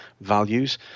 values